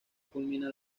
culmina